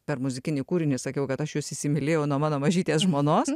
per muzikinį kūrinį sakiau kad aš jus įsimylėjau nuo mano mažytės žmonos